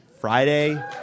Friday